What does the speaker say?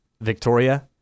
Victoria